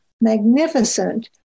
magnificent